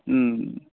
ਹਮ